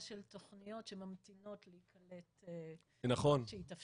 של תכניות שממתינות להיכנס כשיתאפשר.